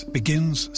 begins